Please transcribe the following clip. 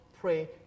pray